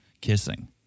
kissing